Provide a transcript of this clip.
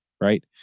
right